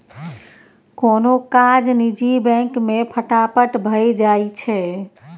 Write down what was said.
कोनो काज निजी बैंक मे फटाफट भए जाइ छै